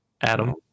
Adam